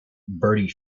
bertie